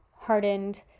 hardened